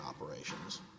operations